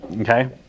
Okay